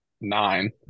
nine